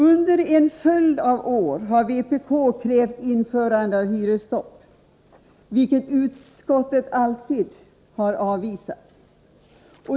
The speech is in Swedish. Under en följd av år har vpk krävt införande av hyresstopp, krav som utskottet alltid har avvisat.